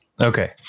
Okay